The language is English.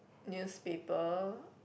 newspaper